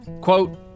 Quote